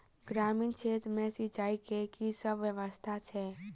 ग्रामीण क्षेत्र मे सिंचाई केँ की सब व्यवस्था छै?